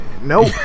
Nope